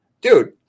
dude